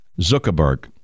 Zuckerberg